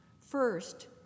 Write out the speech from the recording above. First